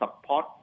support